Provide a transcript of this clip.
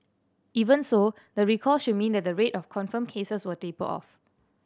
even so the recall should mean that the rate of confirmed cases will taper off